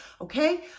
okay